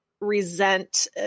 resent